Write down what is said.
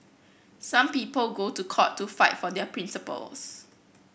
some people go to court to fight for their principles